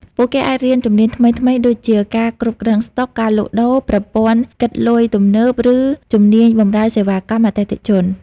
ពួកគេអាចរៀនជំនាញថ្មីៗដូចជា ការគ្រប់គ្រងស្តុក ការលក់ដូរ ប្រព័ន្ធគិតលុយទំនើប ឬជំនាញបម្រើសេវាកម្មអតិថិជន។